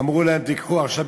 אמרו להן: תיקחו עכשיו,